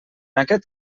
aquest